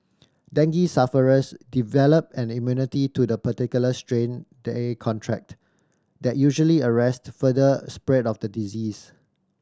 dengue sufferers develop an immunity to the particular strain they contract that usually arrest further spread of the disease